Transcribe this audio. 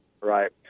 right